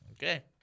Okay